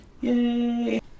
Yay